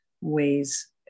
ways